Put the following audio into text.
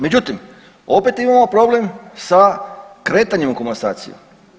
Međutim, opet imamo problem sa kretanjem u komasaciji.